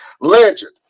legend